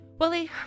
Willie